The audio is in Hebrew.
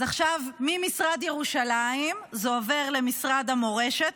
אז עכשיו ממשרד ירושלים זה עובר למשרד המורשת,